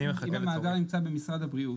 אם המאגר נמצא במשרד הבריאות,